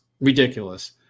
ridiculous